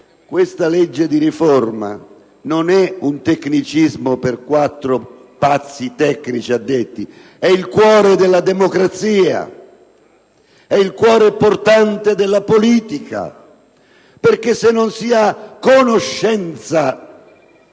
questa legge di riforma non è un tecnicismo per quattro pazzi tecnici addetti ai lavori, ma è il cuore della democrazia, il cuore portante della politica, perché, se non si ha conoscenza